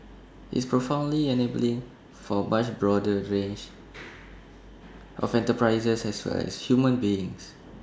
it's profoundly enabling for A much broader range of enterprises as well as human beings